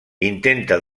intenta